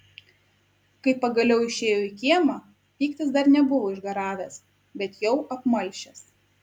kai pagaliau išėjo į kiemą pyktis dar nebuvo išgaravęs bet jau apmalšęs